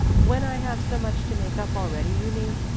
when i have so much to make up already, you mean,